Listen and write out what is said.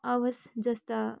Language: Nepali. आवास जस्ता